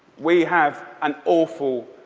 we have an awful,